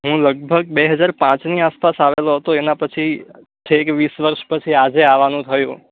હું લગભગ બે હજાર પાંચની આસપાસ આવેલો હતા એના પછી છેક વીસ વર્ષ પછી આજે આવવાનું થયું